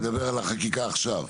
לא, אני מדבר על החקיקה עכשיו.